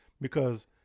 Because-